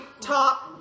top